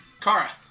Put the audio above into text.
Kara